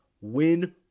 Win